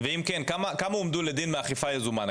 אם כן, כמה הועמדו לדין מאכיפה יזומה?